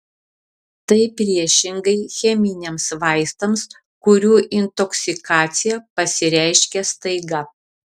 tai priešingai cheminiams vaistams kurių intoksikacija pasireiškia staiga